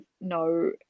no